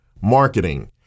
marketing